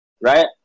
right